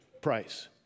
price